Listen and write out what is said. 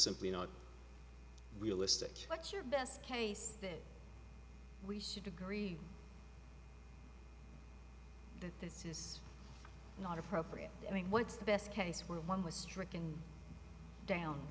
simply not realistic what's your best case that we should agree that this is not appropriate i mean what's the best case when one was stricken down